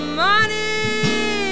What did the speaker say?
money